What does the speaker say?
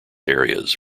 areas